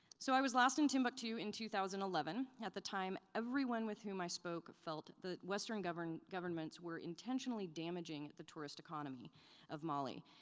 so i was last in timbuktu in two thousand and eleven. at the time everyone with whom i spoke felt that western governments governments were intentionally damaging the tourist economy of mali.